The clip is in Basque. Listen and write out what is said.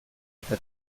eta